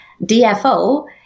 DFO